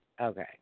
okay